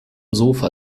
sofa